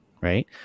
right